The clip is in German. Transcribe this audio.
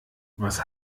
was